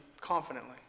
confidently